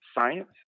science